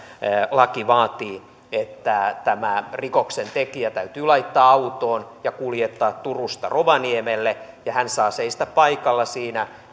laki vaatii että tämä rikoksentekijä täytyy laittaa autoon ja kuljettaa turusta rovaniemelle ja hän saa seistä paikalla siinä